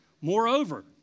Moreover